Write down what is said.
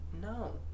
No